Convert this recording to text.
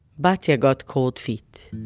batya got cold feet.